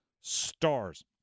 stars